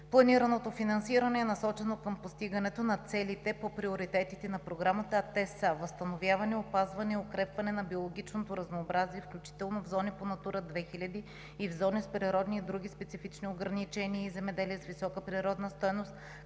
Планираното финансиране е насочено към постигането на целите по приоритетите на Програмата, а те са: 4а. възстановяване, опазване и укрепване на биологичното разнообразие, включително в зони по „Натура 2000“ и в зони с природни и други специфични ограничения и земеделие с висока природна стойност,